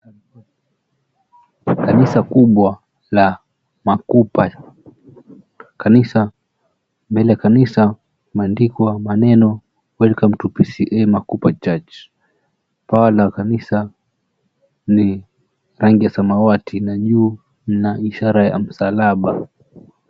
Kanisa kubwa la Makupa. Mbele ya kanisa, mmeaandikwa maneno, " Welcome to PCEA Makupa Church ". Paa kanisa ni rangi ya samawati, na juu na ishara ya msalaba.